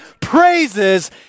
praises